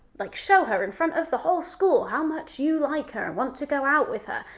like show her in front of the whole school how much you like her, and want to go out with her,